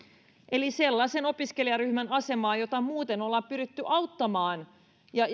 eli sellaisen opiskelijaryhmän asemaa jota muuten ollaan pyritty auttamaan ja